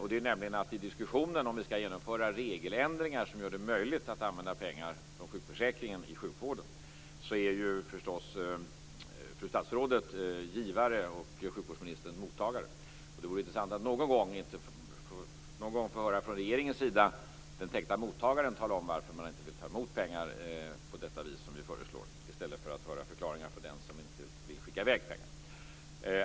I diskussionen om huruvida vi skall genomföra regeländringar som gör det möjligt att använda pengar från sjukförsäkringen i sjukvården är förstås fru statsrådet givare och sjukvårdsministern mottagare. Det vore intressant att någon gång från regeringens sida få höra den tänkta mottagaren tala om varför man inte vill ta emot pengar på det vis som vi föreslår i stället för att höra förklaringar från den som inte vill skicka i väg pengarna.